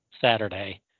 Saturday